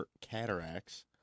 cataracts